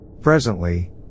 Presently